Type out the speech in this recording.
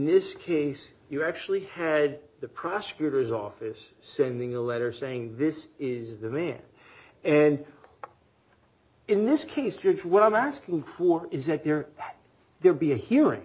this case you actually had the prosecutor's office sending a letter saying this is the man and in this case judge what i'm asking for is a clear that there be a hearing